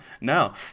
No